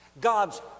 God's